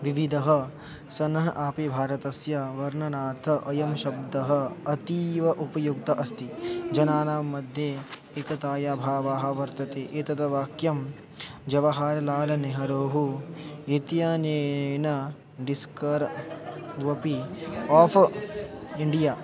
विविधः सनः अपि भारतस्य वर्णनार्थ अयं शब्दः अतीव उपयुक्त अस्ति जनानां मध्ये एकतायाः भावः वर्तते एतद् वाक्यं जवहरलालनेहरुः एत्यनेन डिस्कर्वपि आफ़् इण्डिया